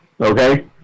okay